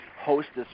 hostess